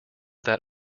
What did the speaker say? that